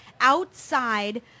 outside